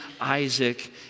Isaac